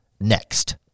next